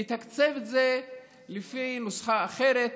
לתקצב לפי נוסחה אחרת,